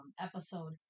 episode